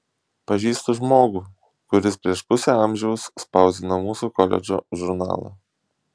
pažįstu žmogų kuris prieš pusę amžiaus spausdino mūsų koledžo žurnalą